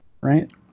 right